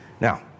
Now